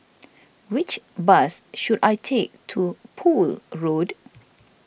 which bus should I take to Poole Road